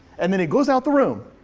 and then he goes out the room.